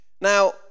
now